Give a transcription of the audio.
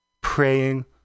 praying